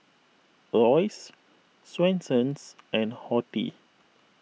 Royce Swensens and Horti